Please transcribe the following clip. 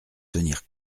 tenir